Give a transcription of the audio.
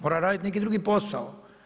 Mora raditi neki drugi posao.